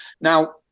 Now